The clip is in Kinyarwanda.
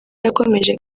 yakomeje